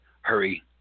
Hurry